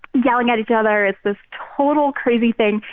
yelling at each other. it's this total crazy thing.